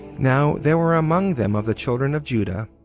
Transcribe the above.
now there were among them of the children of juda,